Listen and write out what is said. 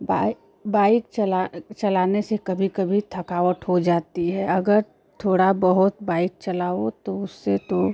bike bike चला चलाने से कभी कभी थकावट हो जाती है अगर थोड़ा बहुत बाइक़ चलाओ तो उससे तो